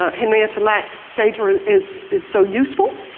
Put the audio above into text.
ah henrietta lacks data is is so useful,